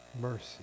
mercy